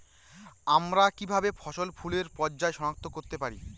আমরা কিভাবে ফসলে ফুলের পর্যায় সনাক্ত করতে পারি?